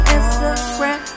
Instagram